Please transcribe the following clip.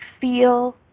feel